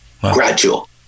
gradual